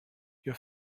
your